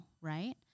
right